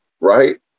right